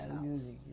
music